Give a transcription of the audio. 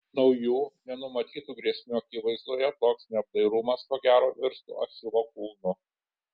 naujų nenumatytų grėsmių akivaizdoje toks neapdairumas ko gero virstų achilo kulnu